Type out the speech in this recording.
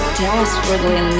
desperately